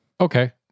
Okay